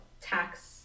tax